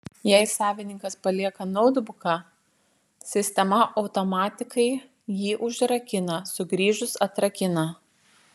jei savininkas palieka noutbuką sistema automatikai jį užrakina sugrįžus atrakina